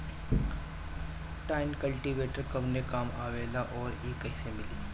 Tine cultivator कवने काम आवेला आउर इ कैसे मिली?